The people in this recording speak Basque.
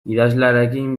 idazlearekin